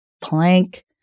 plank